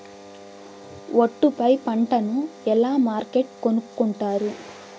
ఒట్టు పై పంటను ఎలా మార్కెట్ కొనుక్కొంటారు?